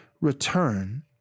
return